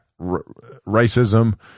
racism